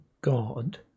God